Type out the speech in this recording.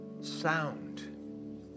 sound